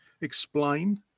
explain